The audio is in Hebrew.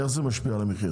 איך זה משפיע על המחיר?